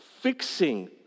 fixing